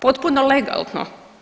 Potpuno legalno.